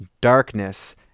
darkness